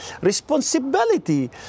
responsibility